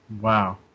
wow